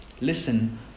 Listen